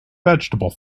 vegetable